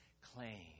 claim